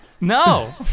No